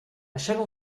chalon